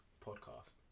podcast